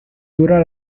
dura